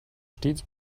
stets